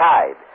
Tide